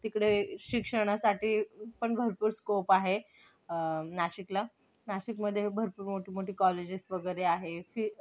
तिकडे शिक्षणासाठी पण भरपूर स्कोप आहे नाशिकला नाशिकमधे भरपूर मोठी मोठी कॉलेजेस वगरे आहे फि